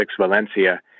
Valencia